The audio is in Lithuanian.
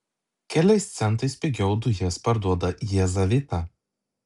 keliais centais pigiau dujas parduoda jazavita